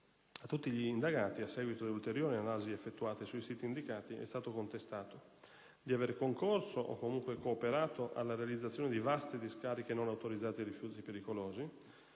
A tutti gli indagati, a seguito delle ulteriori analisi effettuate sui siti indicati, è stato contestato di aver concorso, o comunque cooperato, alla realizzazione di vaste discariche non autorizzate di rifiuti pericolosi